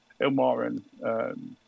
Ilmarin